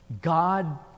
God